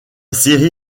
série